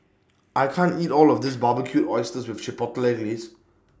I can't eat All of This Barbecued Oysters with Chipotle Glaze